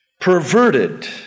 perverted